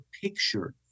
picture